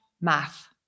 math